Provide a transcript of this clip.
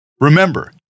Remember